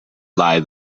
lie